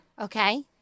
okay